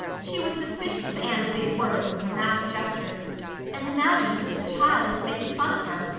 she was suspicious of anne's big words and dramatic gestures and imagined that the child was making fun of her.